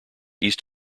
east